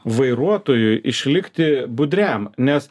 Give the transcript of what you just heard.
vairuotojui išlikti budriam nes